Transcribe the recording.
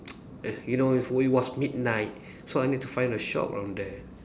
you know it wa~ was midnight so I need to find a shop from there